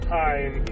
time